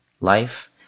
life